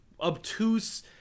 obtuse